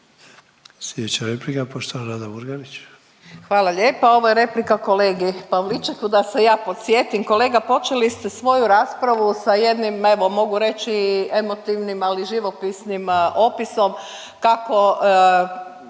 Sljedeća replika poštovana Nada Murganić. **Murganić, Nada (HDZ)** Hvala lijepa. Ovo je replika kolegi Pavličeku da se ja podsjetim. Kolega počeli ste svoju raspravu sa jednim evo mogu reći emotivnim, ali živopisnim opisom kako